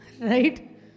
Right